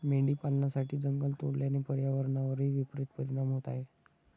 मेंढी पालनासाठी जंगल तोडल्याने पर्यावरणावरही विपरित परिणाम होत आहे